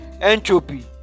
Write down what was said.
entropy